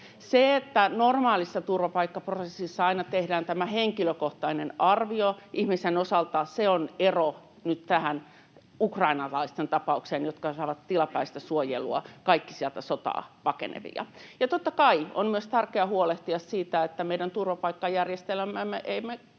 Se, että normaalissa turvapaikkaprosessissa aina tehdään tämä henkilökohtainen arvio ihmisen osalta, on ero nyt tähän ukrainalaisten tapaukseen. Kaikki, jotka sieltä pakenevat sotaa, saavat tilapäistä suojelua. Ja totta kai on myös tärkeää huolehtia siitä, että meidän turvapaikkajärjestelmäämme ei